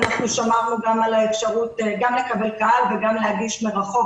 אנחנו שמרנו גם על האפשרות לקבל קהל וגם להגיש מרחוק,